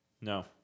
No